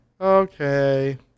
Okay